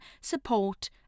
support